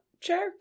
chair